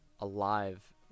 alive